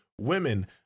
women